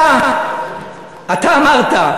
אתה אמרת,